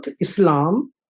islam